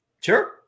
Sure